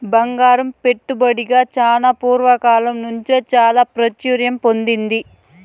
బంగారం పెట్టుబడిగా చానా పూర్వ కాలం నుంచే చాలా ప్రాచుర్యం పొందింది